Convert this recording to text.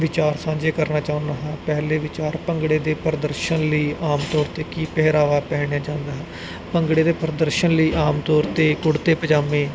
ਵਿਚਾਰ ਸਾਂਝੇ ਕਰਨਾ ਚਾਹੁੰਦਾ ਹਾਂ ਪਹਿਲੇ ਵਿਚਾਰ ਭੰਗੜੇ ਦੇ ਪ੍ਰਦਰਸ਼ਨ ਲਈ ਆਮ ਤੌਰ 'ਤੇ ਕਿ ਪਹਿਰਾਵਾ ਪਹਿਨਿਆ ਜਾਂਦਾ ਭੰਗੜੇ ਦੇ ਪ੍ਰਦਰਸ਼ਨ ਲਈ ਆਮ ਤੌਰ 'ਤੇ ਕੁੜਤੇ ਪਜਾਮੇ